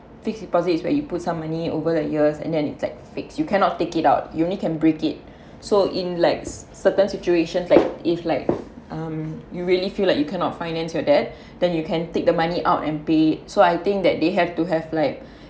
fixed deposit is where you put some money over the years and then it's like fixed you cannot take it out you only can break it so in like certain situations like if like um you really feel like you cannot finance your debt then you can take the money out and pay so I think that they have to have like